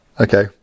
okay